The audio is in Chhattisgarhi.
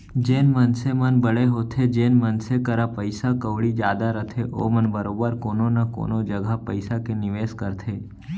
जेन मनसे मन बड़े होथे जेन मनसे करा पइसा कउड़ी जादा रथे ओमन बरोबर कोनो न कोनो जघा पइसा के निवेस करथे